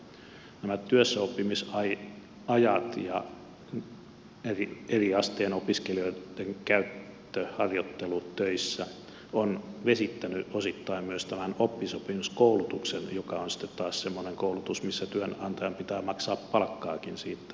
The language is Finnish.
nämä työssäoppimisajat ja eri asteen opiskelijoitten käyttö harjoittelutöissä ovat vesittäneet osittain myös tämän oppisopimuskoulutuksen joka on sitten taas semmoinen koulutus missä työnantajan pitää maksaa palkkaakin siitä